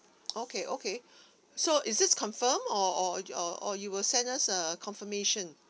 okay okay so is this confirmed or or you or or you will send us a confirmation